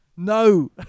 No